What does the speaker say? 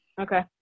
okay